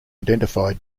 identify